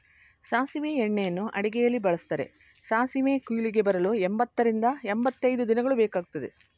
ಸಾಸಿವೆ ಎಣ್ಣೆಯನ್ನು ಅಡುಗೆಯಲ್ಲಿ ಬಳ್ಸತ್ತರೆ, ಸಾಸಿವೆ ಕುಯ್ಲಿಗೆ ಬರಲು ಎಂಬತ್ತರಿಂದ ಎಂಬತೈದು ದಿನಗಳು ಬೇಕಗ್ತದೆ